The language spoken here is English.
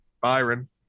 Byron